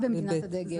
במדינת הדגל